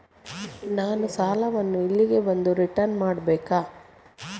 ನಾನು ಸಾಲವನ್ನು ಇಲ್ಲಿಗೆ ಬಂದು ರಿಟರ್ನ್ ಮಾಡ್ಬೇಕಾ?